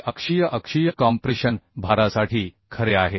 हे अक्षीय अक्षीय कॉम्प्रेशन भारासाठी खरे आहे